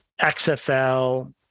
XFL